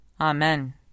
Amen